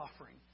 offering